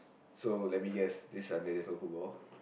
so let me guess this Sunday there's no football